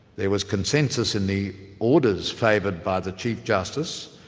there was consensus in the orders favoured by the chief justice,